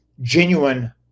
genuine